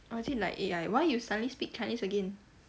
or actually like eh ah why like you suddenly speak chinese again